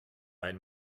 ein